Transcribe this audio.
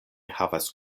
havas